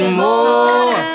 more